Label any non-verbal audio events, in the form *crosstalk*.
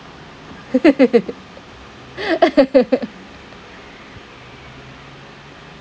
*laughs*